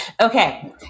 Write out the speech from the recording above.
Okay